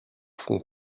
font